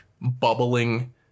bubbling